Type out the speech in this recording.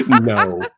No